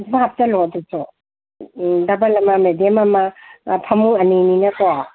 ꯑꯗꯨꯝ ꯍꯥꯞꯆꯜꯂꯣ ꯑꯗꯨꯁꯨ ꯗꯕꯜ ꯑꯃ ꯃꯦꯗꯤꯌꯝ ꯑꯃ ꯐꯃꯨꯡ ꯑꯅꯤꯅꯤꯅꯀꯣ